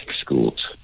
schools